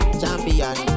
champion